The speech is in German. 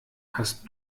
hast